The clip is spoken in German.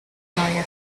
neue